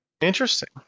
Interesting